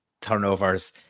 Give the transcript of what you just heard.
turnovers